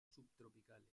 subtropicales